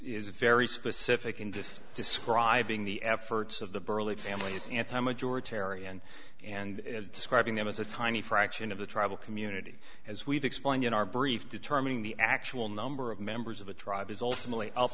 is very specific in this describing the efforts of the burley family it's anti majority terry and and as describing them as a tiny fraction of the tribal community as we've explained in our brief determining the actual number of members of a tribe is ultimately up